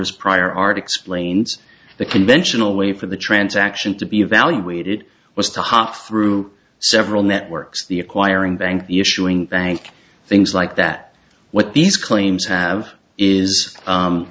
rs prior art explains the conventional way for the transaction to be evaluated was to hop through several networks the acquiring bank the issuing bank things like that what these claims have is